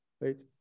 right